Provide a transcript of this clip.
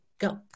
Go